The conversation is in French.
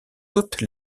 toute